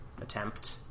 attempt